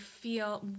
feel